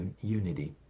unity